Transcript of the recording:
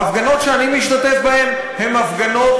ההפגנות שאני משתתף בהן הן הפגנות